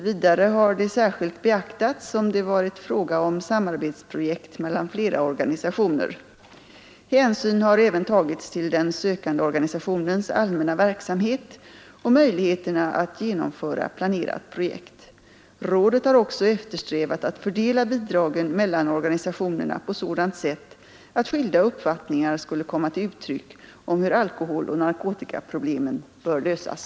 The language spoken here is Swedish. Vidare har det särskilt beaktats om det varit fråga om samarbetsprojekt mellan flera organisationer. Hänsyn har även tagits till den sökande organisationens allmänna verksamhet och möjligheterna att genomföra planerat projekt. Rådet har också eftersträvat att fördela bidragen mellan organisationerna på sådant sätt att skilda uppfattningar skulle komma till uttryck om hur alkoholoch narkotikaproblemen bör lösas.